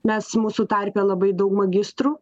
mes mūsų tarpe labai daug magistrų